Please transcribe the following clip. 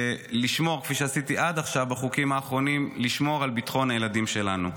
כפי שעשיתי עד עכשיו בחוקים האחרונים: לשמור על ביטחון הילדים שלנו.